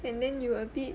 and then you a bit